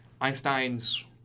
Einstein's